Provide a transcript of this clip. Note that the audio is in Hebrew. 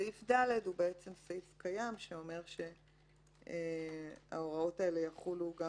סעיף (ד) הוא בעצם סעיף קיים שאומר שההוראות האלה יחולו גם